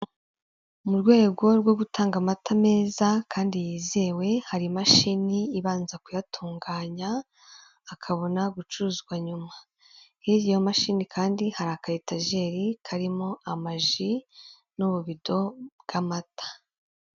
Mu rwego rwo gutanga amata meza kandi yizewe, hari imashini ibanza kuyatunganya akabona gucuruzwa nyuma, hirya y'iyo mashini kandi hari aka etajeri karimo amaji n'ububido bw'amata.